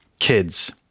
kids